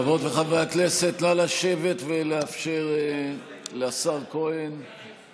חברות וחברי הכנסת, נא לשבת ולאפשר לשר כהן להשיב.